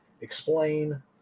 explain